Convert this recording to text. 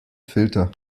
filter